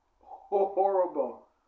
Horrible